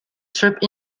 trapped